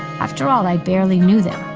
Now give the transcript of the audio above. after all, i barely knew them